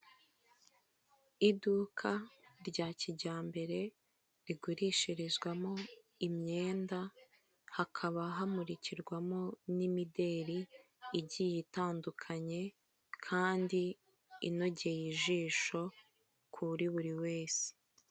Iduka rya kijyambere rigurishirizwamo imyenda hakaba hamurikirwamo n'imideli igiye itandukanye kandi inogeye ijisho kuri buri wese.